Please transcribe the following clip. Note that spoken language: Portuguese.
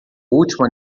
último